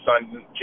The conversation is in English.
son